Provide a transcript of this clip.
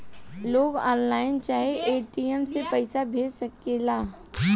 लोग ऑनलाइन चाहे ए.टी.एम से पईसा भेज सकेला